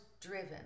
driven